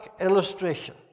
illustration